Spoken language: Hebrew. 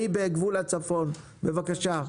בבקשה.